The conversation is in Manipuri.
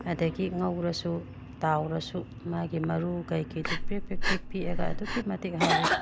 ꯑꯗꯒꯤ ꯉꯧꯔꯁꯨ ꯇꯥꯎꯔꯁꯨ ꯃꯥꯒꯤ ꯃꯔꯨ ꯀꯩꯀꯩꯗꯨ ꯄꯦꯄꯦꯄꯦꯛ ꯄꯤꯛꯑꯒ ꯑꯗꯨꯀꯨꯛꯀꯤ ꯃꯇꯤꯛ ꯍꯥꯎꯏ